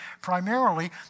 primarily